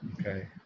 Okay